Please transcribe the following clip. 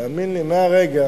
תאמין לי, מהרגע